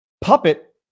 puppet